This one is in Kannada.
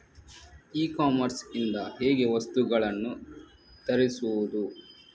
ಇ ಕಾಮರ್ಸ್ ಇಂದ ಹೇಗೆ ವಸ್ತುಗಳನ್ನು ತರಿಸುವುದು?